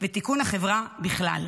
ותיקון החברה בכלל.